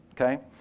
Okay